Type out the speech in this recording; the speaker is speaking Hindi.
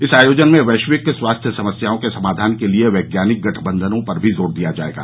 इस आयोजन में वैश्विक स्वास्थ्य समस्याओं के समाधान के लिए पैज्ञानिक गठबंधनों पर भी जोर दिया जाएगा